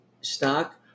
stock